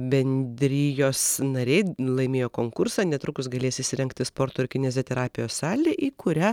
bendrijos nariai laimėjo konkursą netrukus galės įsirengti sporto ir kineziterapijos salę į kurią